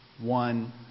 one